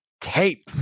tape